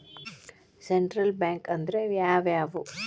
Central bank ಅಂದ್ರ ಯಾವ್ಯಾವು?